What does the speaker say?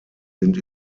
sind